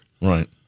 Right